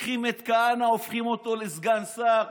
לוקחים את כהנא, הופכים אותו לסגן שר.